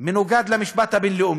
מנוגד למשפט הבין-לאומי,